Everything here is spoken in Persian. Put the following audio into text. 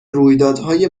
رویدادهای